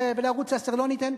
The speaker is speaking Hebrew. ולערוץ-10 לא ניתן.